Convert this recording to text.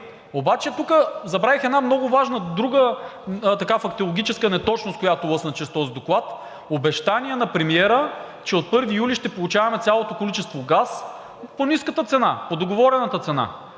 Обаче тука забравих една много важна друга фактологическа неточност, която лъсна чрез този доклад – обещание на премиера, че от 1 юли ще получаваме цялото количество газ по ниската цена, по договорената цена.